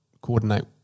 coordinate